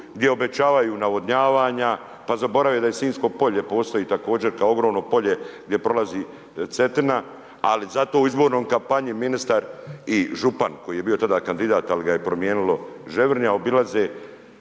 gdje obećavaju navodnjavanja, pa zaborave da Sinjsko polje, postoji, također, kao ogromno polje, gdje prolazi Cetina, ali zato u izbornom kampanju, ministar i župan koji je bio tada kandidat, ali ga je promijenilo Ževrnje, obilaze